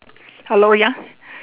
hello ya